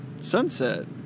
sunset